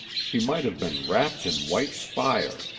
she might have been wrapped in white fire.